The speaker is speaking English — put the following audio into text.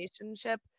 relationship